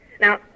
Now